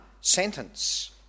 sentence